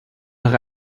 nach